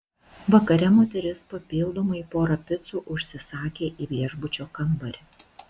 vakare moteris papildomai porą picų užsisakė į viešbučio kambarį